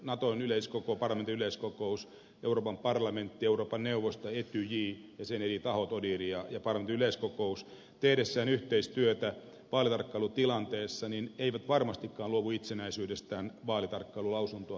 naton parlamentaarinen yleiskokous euroopan parlamentti euroopan neuvosto etyj ja sen eri tahot odihr ja parlamentaarinen yleiskokous tehdessään yhteistyötä vaalitarkkailutilanteessa eivät varmastikaan luovu itsenäisyydestään vaalitarkkailulausuntoa tehdessään